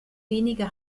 wenige